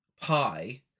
pie